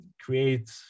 create